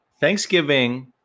Thanksgiving